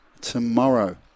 tomorrow